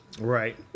Right